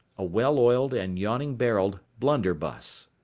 a well-oiled and yawning barreled blunderbuss.